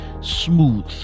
smooth